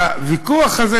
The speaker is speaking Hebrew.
הוויכוח הזה,